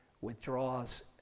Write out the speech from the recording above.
withdraws